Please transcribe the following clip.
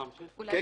16,